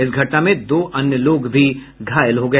इस घटना में दो अन्य लोग भी घायल हो गए